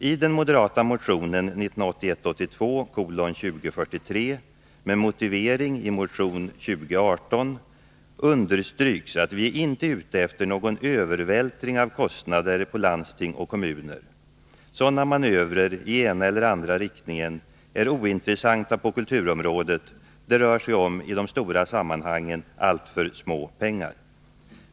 I den moderata motionen 1981/82:2043 med motivering i motion 2018 understryks att vi inte är ute efter någon övervältring av kostnader på landsting och kommuner. Sådana manövrer i ena eller andra riktningen är ointressanta på kulturområdet — det rör sig om, i de stora sammanhangen, alltför små pengar.